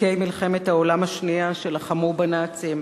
ותיקי מלחמת העולם השנייה שלחמו בנאצים,